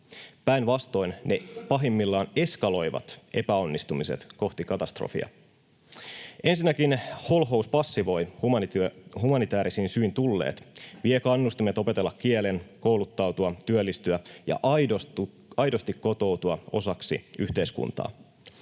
Päinvastoin ne pahimmillaan eskaloivat epäonnistumiset kohti katastrofia. Ensinnäkin holhous passivoi humanitäärisin syin tulleet, vie kannustimet opetella kielen, kouluttautua, työllistyä ja aidosti kotoutua osaksi yhteiskuntaa.